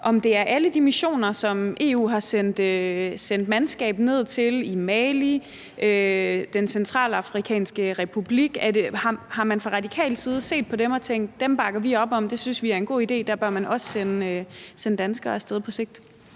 om det er alle de missioner, som EU har sendt mandskab til – Mali, Den Centralafrikanske Republik. Har man fra radikal side set på dem og tænkt: Dem bakker vi op om, det synes vi er en god idé, og dem bør man også på sigt sende danskere af sted til?